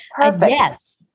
yes